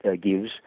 gives